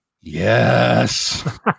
yes